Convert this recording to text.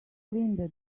linda